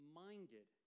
minded